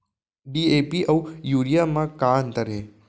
DAP अऊ urea म का अंतर हे?